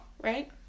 right